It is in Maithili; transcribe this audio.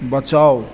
बचाउ